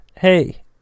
Hey